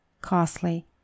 costly